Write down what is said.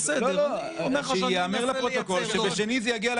שנבחרו לכנסת,